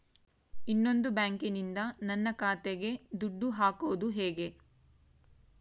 ಇನ್ನೊಂದು ಬ್ಯಾಂಕಿನಿಂದ ನನ್ನ ಖಾತೆಗೆ ದುಡ್ಡು ಹಾಕೋದು ಹೇಗೆ?